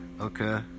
okay